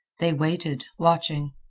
they waited, watching.